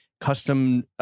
custom